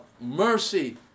mercy